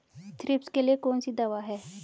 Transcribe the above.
Thrips के लिए कौन सी दवा है?